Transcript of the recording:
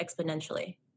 exponentially